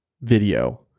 video